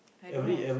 I don't know